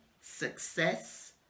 success